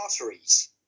Arteries